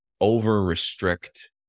over-restrict